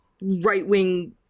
right-wing